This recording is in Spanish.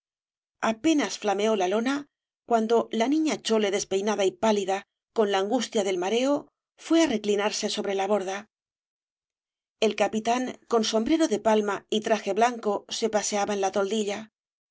apenas flameó la lona cuando la niña chole despeinada y pálida con la angustia del mareo fué á reclinarse sobre la borda el capitán con sombrero de palma y traje blanco se paseaba en la toldilla